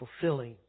fulfilling